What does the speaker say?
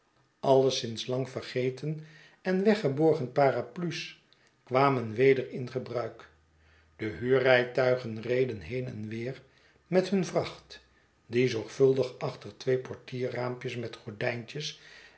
alle sinds lang vergeten en weggeborgen parapluies kwamen weder in gebruik de huurrijtuigen reden heen en weer met hun vracht die zorgvuldig achter twee portierraampjes met gordijntjes